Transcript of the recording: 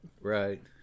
Right